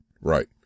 Right